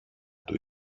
του